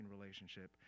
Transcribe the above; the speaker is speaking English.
relationship